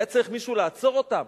היה צריך מישהו לעצור אותם,